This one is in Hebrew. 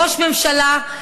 ראש ממשלה,